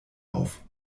auf